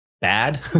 bad